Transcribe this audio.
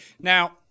Now